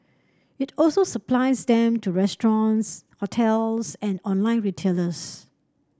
it also supplies them to restaurants hotels and online retailers